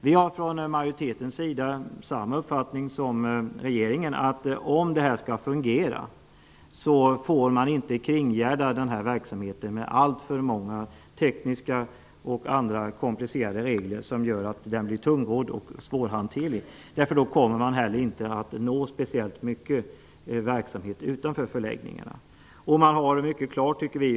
Vi har från majoritetens sida samma uppfattning som regeringen. Om detta skall fungera får man inte kringgärda verksamheten med alltför många tekniska och andra komplicerade regler som gör att verksamheten blir tungrodd och svårhanterlig. Då kommer man inte heller att nå speciellt många verksamheter utanför förläggningarna.